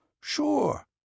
Sure